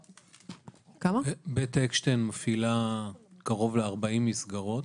בית אקשטיין מפעילה קרוב ל-40 מסגרות.